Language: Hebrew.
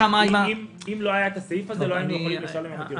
אם לא היה הסעיף הזה לא היינו יכולים לשלם בעקבות הנזקים בירושלים.